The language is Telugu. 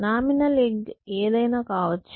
నామినల్ ఎగ్ ఏదైనా కావచ్చు